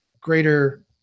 greater